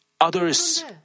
others